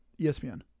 ESPN